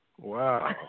Wow